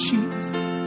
Jesus